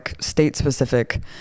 state-specific